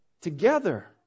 together